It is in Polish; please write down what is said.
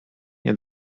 nie